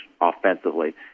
offensively